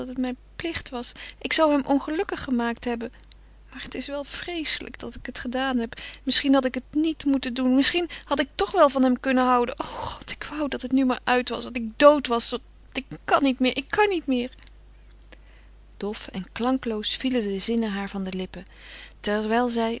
het mijn plicht was ik zou hem ongelukkig gemaakt hebben maar het is wel vreeselijk dat ik het gedaan heb misschien had ik het niet moeten doen misschien had ik toch wel van hem kunnen houden o god ik wou dat het nu maar uit was dat ik dood was want ik kan niet meer ik kan niet meer dof en klankloos vielen de zinnen haar van de lippen terwijl zij